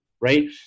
right